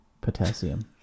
potassium